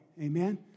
Amen